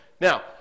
Now